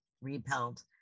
repelled